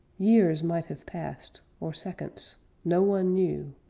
years might have passed, or seconds no one knew!